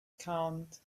calmed